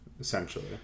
essentially